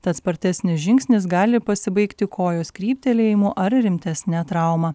tad spartesnis žingsnis gali pasibaigti kojos kryptelėjimu ar rimtesne trauma